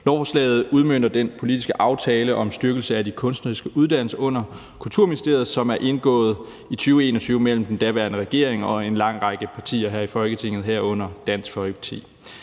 Lovforslaget udmønter den politiske aftale om styrkelse af de kunstneriske uddannelser under Kulturministeriet, som blev indgået i 2021 mellem den daværende regering og en lang række partier her i Folketinget, herunder Dansk Folkeparti.